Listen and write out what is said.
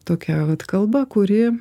tokia vat kalba kuri